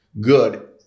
good